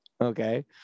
okay